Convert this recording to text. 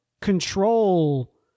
control